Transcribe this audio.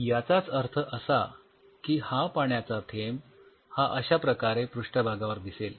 याचाच अर्थ असा की पाण्याचा थेंब हा अश्याप्रकारे पृष्ठभागावर दिसेल